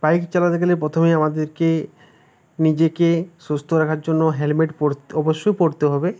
bike চালাতে গেলে প্রথমেই আমাদেরকে নিজেকে সুস্থ রাখার জন্য হেলমেট পরতে অবশ্যই পরতে হবে